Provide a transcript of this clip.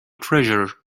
treasure